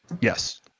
Yes